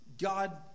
God